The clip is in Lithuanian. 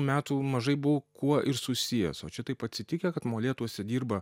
metų mažai buvau kuo ir susijęs o čia taip atsitikę kad molėtuose dirba